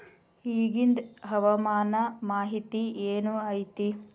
ಇಗಿಂದ್ ಹವಾಮಾನ ಮಾಹಿತಿ ಏನು ಐತಿ?